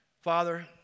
Father